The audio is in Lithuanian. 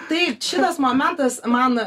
tai šitas momentas man